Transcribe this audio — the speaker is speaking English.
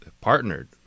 partnered